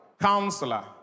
Counselor